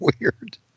weird